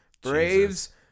Braves